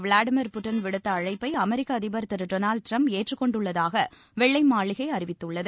Vladimir Putin விடுத்த அழைப்பை அமெரிக்க அதிபர் திரு டொனால்டு ட்ரம்ப் ஏற்றுக் கொண்டுள்ளதாக வெள்ளை மாளிகை அறிவித்துள்ளது